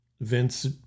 Vince